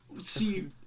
See